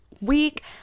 week